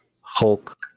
Hulk